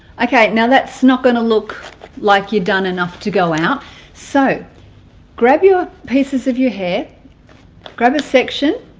okay now that's not going to look like you're done enough to go out so grab your pieces of your hair grab a section